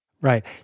right